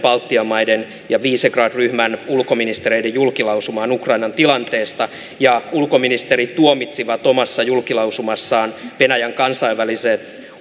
baltian maiden ja visegrad ryhmän ulkoministereiden julkilausumaan ukrainan tilanteesta ulkoministerit tuomitsivat omassa julkilausumassaan venäjän kansainvälisen